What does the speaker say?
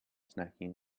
snacking